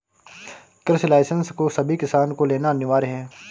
कृषि लाइसेंस को सभी किसान को लेना अनिवार्य है